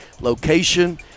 location